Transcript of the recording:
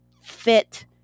fit